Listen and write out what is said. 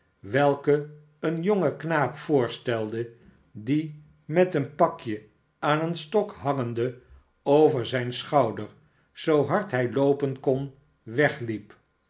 welke een jongen knaap voorstelde die met een pakje aan een stok hangende over zijn schouder zoo hard hij loopen kon wegliep